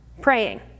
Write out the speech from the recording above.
praying